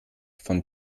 von